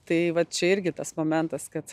tai vat čia irgi tas momentas kad